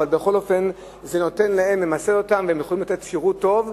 בכל אופן זה ממסד אותן והן יכולות לתת שירות טוב,